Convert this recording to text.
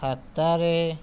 ଖାତାରେ